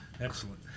Excellent